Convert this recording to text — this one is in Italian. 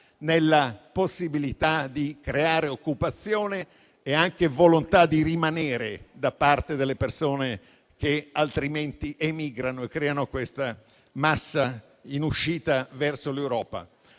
nella possibilità di creare occupazione e anche volontà di rimanere da parte delle persone che altrimenti emigrano e creano una massa in uscita verso l'Europa.